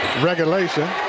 regulation